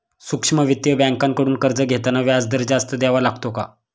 सूक्ष्म वित्तीय बँकांकडून कर्ज घेताना व्याजदर जास्त द्यावा लागतो का?